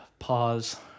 Pause